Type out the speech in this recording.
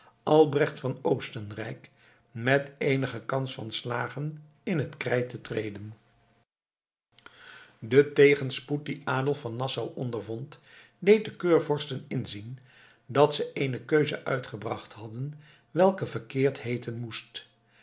albrecht van oostenrijk met eenige kans van slagen in het krijt te treden de tegenspoed dien adolf van nassau ondervond deed de keurvorsten inzien dat ze eene keuze uitgebracht hadden welke verkeerd heeten moest